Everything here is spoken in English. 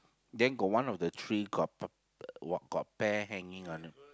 then got one of the tree got p~ uh got pear hanging on